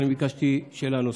לכן ביקשתי שאלה נוספת.